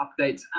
Updates